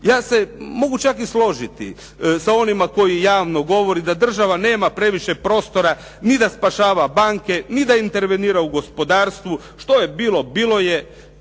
Ja se mogu čak i složiti sa onima koji javno govore da država nema previše prostora ni da spašava banke, ni da intervenira u gospodarstvu, što je bilo bilo je,